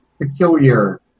peculiar